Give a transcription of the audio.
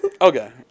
okay